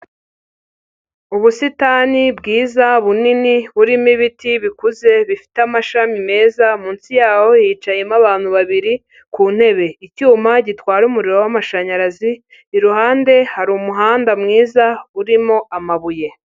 Ubusitani bwiza, bunini burimo ibiti bikuze, bifite amashami meza, munsi yaho hicayemo abantu babiri ku ntebe. Icyuma gitwara umuriro w'amashanyarazi, iruhande hari umuhanda mwiza, urimo amabuye.